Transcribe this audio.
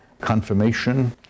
confirmation